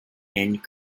end